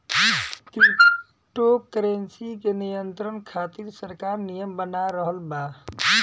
crypto currency के नियंत्रण खातिर सरकार नियम बना रहल बा